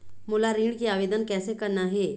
मोला ऋण के आवेदन कैसे करना हे?